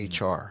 HR